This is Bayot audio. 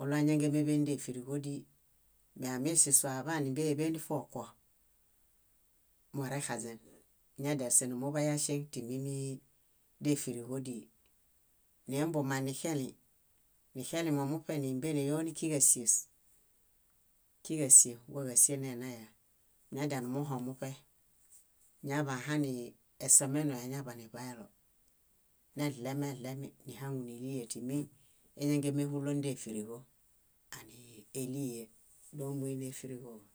óɭũañangemeḃe nídefirigodii. Meamisisue aḃaan nímbeiḃe nifokuwo, morexaźen moñadianumuḃe yaŝeŋ timimii défiriġodii. Neimbumaŋ nixelĩ, nixelĩmo muṗe nimbeniyo níkiġasies, kiġasies wáġasie nenaya, muñadianumuhõ muṗe. ñaḃahani esomenuem añaḃaniḃaelo, neɭemeɭemi nihaŋu nilihe timi élengemehulo nídefiriġo ániielie. Dómbuinefiriġowa.